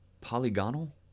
polygonal